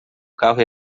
carro